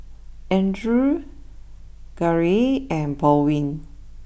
Andrew Garey and Baldwin